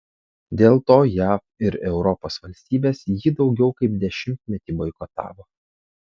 dėl to jav ir europos valstybės jį daugiau kaip dešimtmetį boikotavo